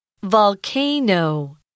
volcano